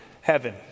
heaven